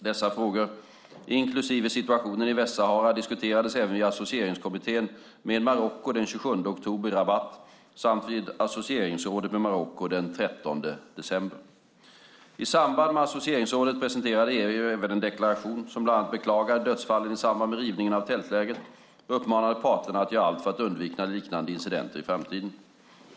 Dessa frågor, inklusive situationen i Västsahara, diskuterades även vid associeringskommittén med Marocko den 27 oktober i Rabat samt vid associeringsrådet med Marocko den 13 december. I samband med associeringsrådet presenterade EU även en deklaration som bland annat beklagade dödsfallen i samband med rivningen av tältlägret och uppmanade parterna att göra allt för att undvika liknande incidenter i framtiden.